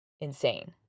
insane